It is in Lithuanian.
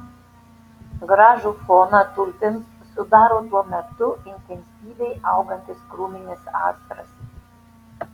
gražų foną tulpėms sudaro tuo metu intensyviai augantis krūminis astras